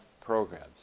programs